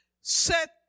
set